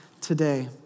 today